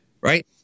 Right